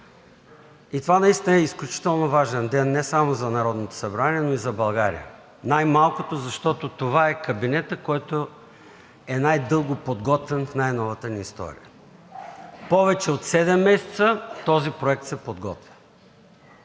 Това наистина е изключително важен ден не само за Народното събрание, но и за България, най малкото защото това е кабинетът, най-дълго подготвян в най новата ни история. Повече от седем месеца този проект се подготвя